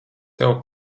tev